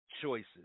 choices